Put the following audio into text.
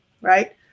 right